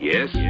Yes